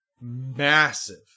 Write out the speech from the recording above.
massive